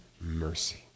mercy